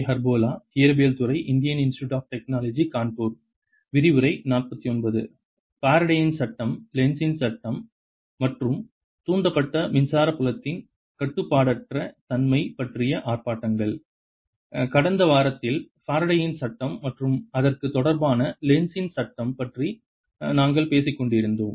ஃபாரடேயின் சட்டம் லென்ஸின் சட்டம் மற்றும் தூண்டப்பட்ட மின்சார புலத்தின் கட்டுப்பாடற்ற தன்மை பற்றிய ஆர்ப்பாட்டங்கள் கடந்த வாரத்தில் ஃபாரடேயின் Faradays சட்டம் மற்றும் அதற்கு தொடர்பான லென்ஸின் Lenz's சட்டம் பற்றி நாங்கள் பேசிக்கொண்டிருக்கிறோம்